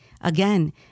again